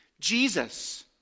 Jesus